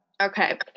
Okay